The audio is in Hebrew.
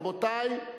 רבותי,